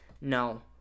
No